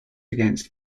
against